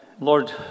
lord